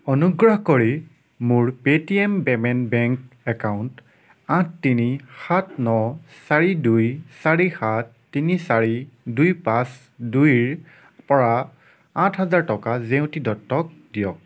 অনুগ্ৰহ কৰি মোৰ Paytm payment bank account আঠ তিনি সাত ন চাৰি দুই চাৰি সাত তিনি চাৰি দুই পাঁচ দুইৰ পৰা আঠ হাজাৰ টকা জেউতি দত্তক দিয়ক